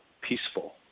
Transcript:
peaceful